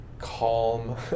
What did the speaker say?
calm